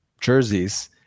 jerseys